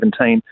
2017